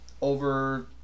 over